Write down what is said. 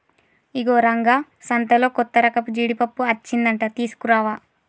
ఇగో రంగా సంతలో కొత్తరకపు జీడిపప్పు అచ్చిందంట తీసుకురావా